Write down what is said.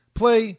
play